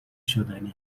شدنی